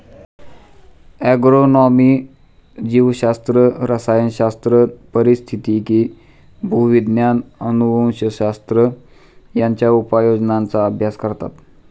agronomy जीवशास्त्र, रसायनशास्त्र, पारिस्थितिकी, भूविज्ञान, अनुवंशशास्त्र यांच्या उपयोजनांचा अभ्यास करतात